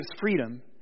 freedom